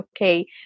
okay